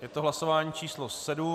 Je to hlasování číslo 7.